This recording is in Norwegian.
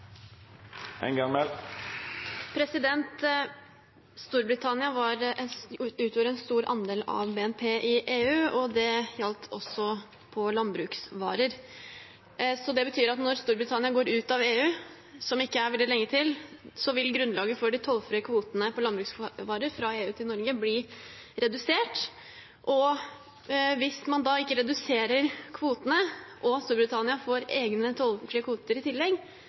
Storbritannia utgjorde en stor andel av BNP i EU, og det gjaldt også landbruksvarer. Det betyr at når Storbritannia går ut av EU, som ikke er veldig lenge til, vil grunnlaget for de tollfrie kvotene for landbruksvarer fra EU til Norge bli redusert. Hvis man da ikke reduserer kvotene og Storbritannia får egne tollfrie kvoter i tillegg,